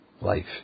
life